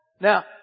Now